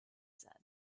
said